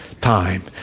time